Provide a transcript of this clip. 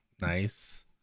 nice